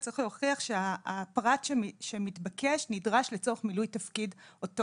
צריך להוכיח שהפרט שמתבקש נדרש לצורך מילוי תפקיד אותו